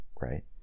right